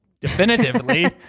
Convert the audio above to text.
definitively